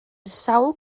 sawl